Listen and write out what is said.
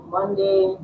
Monday